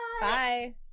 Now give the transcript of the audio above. Bye